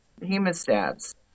hemostats